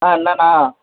ஆ என்னண்ணா